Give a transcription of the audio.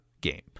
game